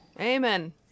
amen